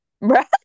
Right